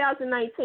2019